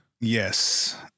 Yes